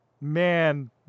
man